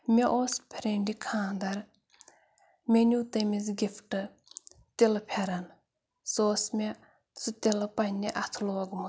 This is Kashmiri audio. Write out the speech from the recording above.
مےٚ اوس فرینٛڈِ خانٛدر مےٚ نِیٛوٗ تٔمِس گفٹہٕ تِلہٕ پھرَن سُہ اوس مےٚ سُہ تِلہٕ پنٕنہِ اَتھٕ لوگمُت